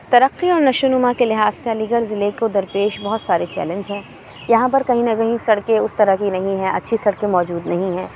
ترقی اور نشو و نما کے لحاظ سے علی گڑھ ضلعے کو درپیش بہت سارے چیلینج ہیں یہاں پر کہیں نہ کہیں سڑکیں اُس طرح کی نہیں ہیں اچھی سڑکیں موجود نہیں ہیں